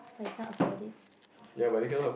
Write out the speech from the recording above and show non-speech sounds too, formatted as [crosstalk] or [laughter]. but you can't afford it [laughs]